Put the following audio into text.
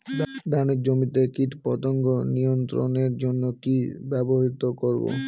ধানের জমিতে কীটপতঙ্গ নিয়ন্ত্রণের জন্য কি ব্যবহৃত করব?